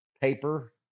Paper